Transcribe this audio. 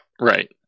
Right